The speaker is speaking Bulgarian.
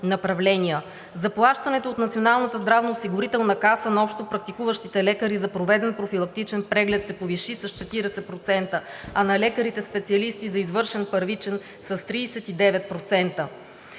каса на общопрактикуващите лекари за проведен профилактичен преглед се повиши с 40%, а на лекарите специалисти за извършен първичен – с 39%.